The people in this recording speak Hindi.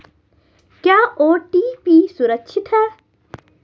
क्या ओ.टी.पी सुरक्षित है?